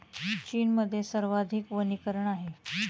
चीनमध्ये सर्वाधिक वनीकरण आहे